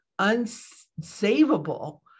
unsavable